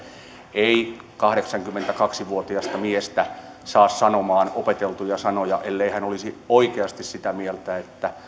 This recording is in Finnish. ei kahdeksankymmentäkaksi vuotiasta miestä saa sanomaan opeteltuja sanoja ellei hän olisi oikeasti sitä mieltä että